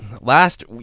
last